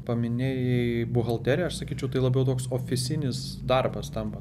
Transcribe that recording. paminėjai buhalteriją aš sakyčiau tai labiau toks ofisinis darbas tampa